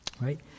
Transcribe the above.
Right